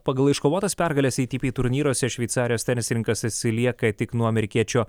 pagal iškovotas pergales eitypy turnyruose šveicarijos tenisininkas atsilieka tik nuo amerikiečio